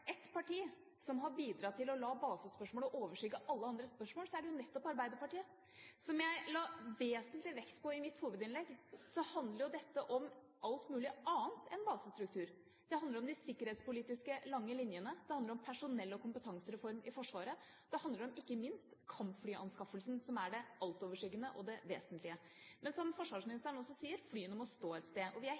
et parti som har bidratt til å la basespørsmålet overskygge alle andre spørsmål, er det nettopp Arbeiderpartiet. Som jeg la vesentlig vekt på i mitt hovedinnlegg, handler dette om alt mulig annet enn basestruktur. Det handler om de sikkerhetspolitiske lange linjene, det handler om personell- og kompetansereform i Forsvaret, og det handler ikke minst om kampflyanskaffelsen, som er det altoverskyggende og vesentlige. Som forsvarsministeren også sier, flyene må stå et sted. Vi er